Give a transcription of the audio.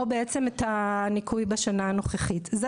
או את הניכוי בשנה הנוכחית.